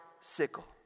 sickle